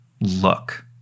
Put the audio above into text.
look